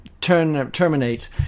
terminate